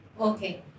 Okay